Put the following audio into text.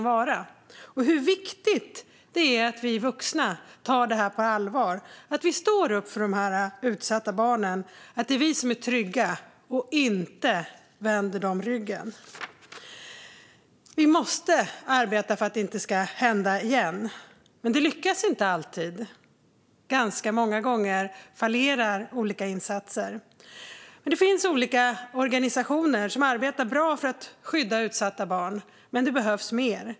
Jag vet hur viktigt det är att vi vuxna tar det här på allvar och att vi står upp för de utsatta barnen. Det är vi som är trygga, och vi får inte vända dem ryggen. Vi måste arbeta för att det inte ska hända igen. Men det lyckas inte alltid. Ganska många gånger fallerar olika insatser. Det finns dock olika organisationer som arbetar bra för att skydda utsatta barn, men det behövs mer.